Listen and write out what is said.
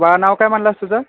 बाळा नाव काय म्हणालास तुझं